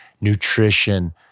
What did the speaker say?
nutrition